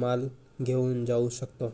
माल घेऊन जाऊ शकतो